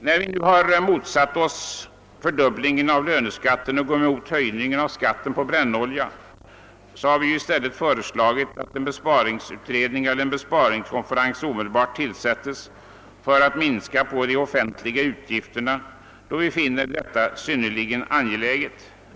När vi nu motsatt oss fördubblingen av löneskatten och gått emot skatten för brännolja har vi i stället föreslagit att en besparingsutredning eller en besparingskonferens omedelbart skall tillsättas för att minska på de offentliga utgifterna — någonting som vi finner synnerligen angeläget.